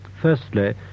Firstly